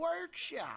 Workshop